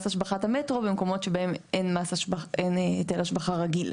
המטרו במקומות שבהם אין היטל השבחה רגיל.